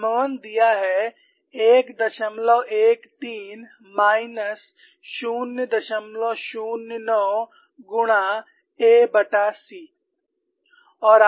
M 1 दिया है 113 minus 009 गुणा ac